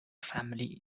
family